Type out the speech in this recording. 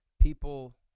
people